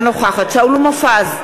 אינה נוכחת שאול מופז,